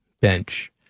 bench